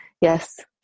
yes